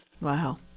Wow